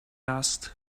asked